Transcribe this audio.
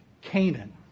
Canaan